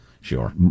Sure